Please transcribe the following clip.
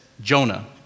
Jonah